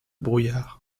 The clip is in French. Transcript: brouillard